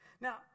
Now